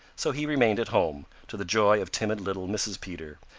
so he remained at home, to the joy of timid little mrs. peter,